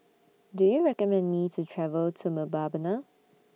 Do YOU recommend Me to travel to Mbabana